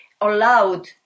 allowed